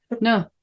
no